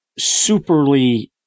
superly